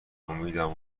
امیدم